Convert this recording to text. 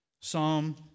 Psalm